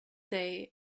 day